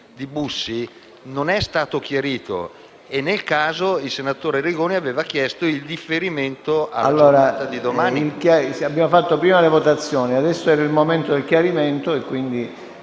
il senatore Arrigoni aveva chiesto il differimento alla giornata di domani.